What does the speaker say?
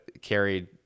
carried